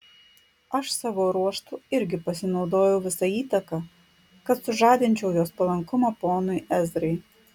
aš savo ruožtu irgi pasinaudojau visa įtaka kad sužadinčiau jos palankumą ponui ezrai